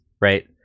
right